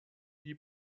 die